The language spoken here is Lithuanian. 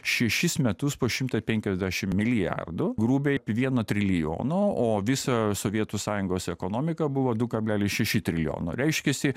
šešis metus po šimtą penkiasdešim milijardų grubiai vieno trilijono o visa sovietų sąjungos ekonomika buvo du kablelis šeši trilijono reiškiasi